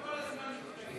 למה כל הזמן להתנגד?